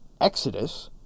Exodus